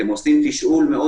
הם עושים תשאול מאוד